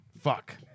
Fuck